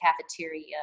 cafeteria